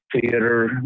theater